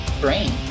Brain